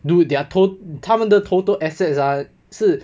dud their to~ 他们的 total assets ah 是